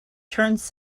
turns